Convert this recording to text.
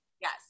Yes